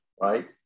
right